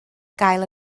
gael